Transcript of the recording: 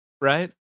Right